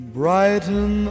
brighten